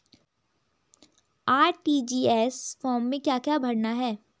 RTGS form में क्या क्या भरना है?